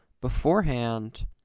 Beforehand